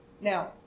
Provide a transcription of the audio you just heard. Now